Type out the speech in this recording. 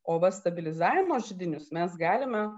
o va stabilizavimo židinius mes galime